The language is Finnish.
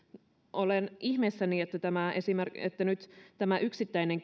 olen ihmeissäni että nyt tämä yksittäinen